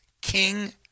King